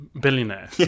billionaire